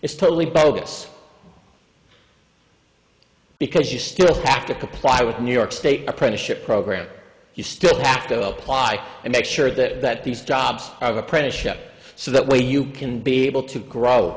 is totally bogus because you still have to comply with new york state apprenticeship program you still have to apply and make sure that that these jobs apprenticeship so that way you can be able to grow